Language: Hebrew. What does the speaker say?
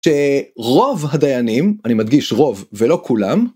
שרוב הדיינים, אני מדגיש רוב ולא כולם,